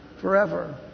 Forever